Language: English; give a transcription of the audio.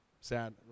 sad